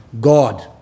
God